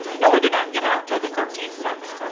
noah did not get out until the thirteenth month.